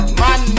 man